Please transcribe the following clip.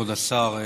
כבוד השר,